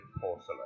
porcelain